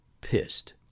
pissed